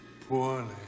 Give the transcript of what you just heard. poorly